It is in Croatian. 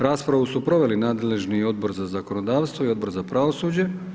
Raspravu su proveli nadležni Odbor za zakonodavstvo i Odbor za pravosuđe.